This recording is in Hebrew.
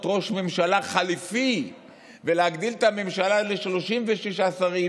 ראש ממשלה חליפי ולהגדיל את הממשלה ל-36 שרים,